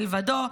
מלבדו,